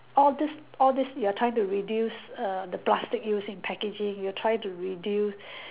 all these all these you are trying to reduce err the plastic use in packaging you are trying to reduce